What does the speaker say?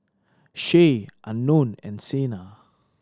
Shay Unknown and Sena